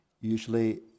usually